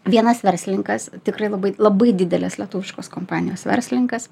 vienas verslinkas tikrai labai labai didelės lietuviškos kompanijos verslinkas